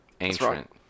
Ancient